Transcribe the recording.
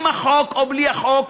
עם החוק או בלי החוק,